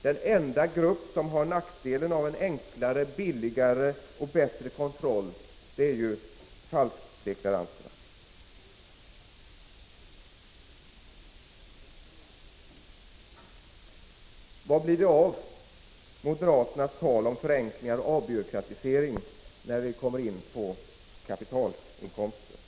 Den enda grupp som har nackdel av en enklare, billigare och bättre kontroll är ju falskdeklaranterna. Vad blir det av moderaternas tal om förenklingar och avbyråkratisering när vi kommer in på kapitalinkomsterna? Prot.